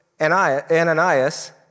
Ananias